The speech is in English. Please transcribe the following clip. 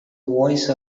voice